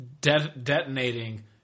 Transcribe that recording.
Detonating